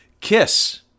Kiss